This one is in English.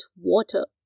water